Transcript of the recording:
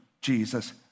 Jesus